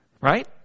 right